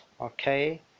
okay